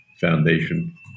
foundation